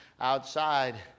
outside